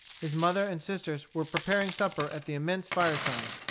his mother and sisters were preparing supper at the immense fireside.